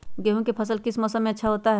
गेंहू का फसल किस मौसम में अच्छा होता है?